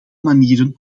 manieren